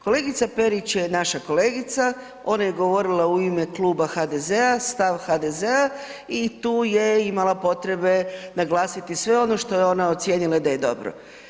Kolegica Perić je naša kolegica, ona je govorila u ime Kluba HDZ-a, stav HDZ-a i tu je imala potrebe naglasiti sve ono što je ona ocijenila da je dobro.